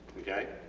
okay.